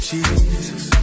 Jesus